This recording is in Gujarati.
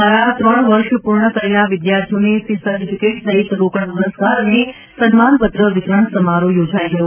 દ્વારા ત્રણ વર્ષ પૂર્ણ કરેલા વિદ્યાર્થીઓને સી સર્ટીફિકેટ સહિત રોકડ પુરસ્કાર અને સન્માન પત્ર વિતરણ સમારોહ યોજાઈ ગયો